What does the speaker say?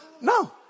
no